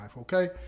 okay